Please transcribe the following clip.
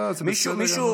לא לא לא, זה בסדר גמור.